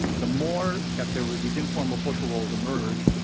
the more that there was these informal social roles emerge,